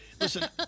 Listen